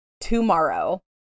tomorrow